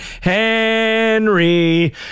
Henry